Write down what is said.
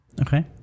okay